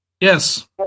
Yes